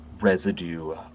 residue